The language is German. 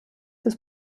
des